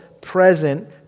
present